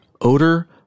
odor